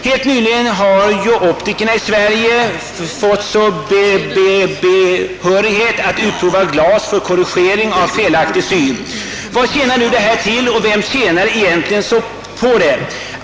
Helt nyligen har optikerna i Sverige fått behörighet att utprova glas för korrigering av felaktig syn. Vad tjänar detta till och vem tjänar egentligen på det?